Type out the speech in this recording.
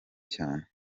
cyane